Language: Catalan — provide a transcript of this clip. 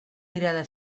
mirada